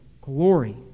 glory